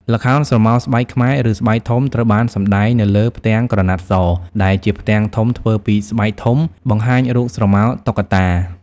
ល្ខោនស្រមោលស្បែកខ្មែរ ឬ ស្បែកធំ ត្រូវបានសម្ដែងនៅលើ ផ្ទាំងក្រណាត់ស ដែលជាផ្ទាំងធំធ្វើពីស្បែកធំ បង្ហាញរូបស្រមោលតុក្កតា។